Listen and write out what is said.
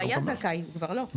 הוא היה זכאי, וכבר לא.